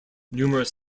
numerous